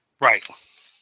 Right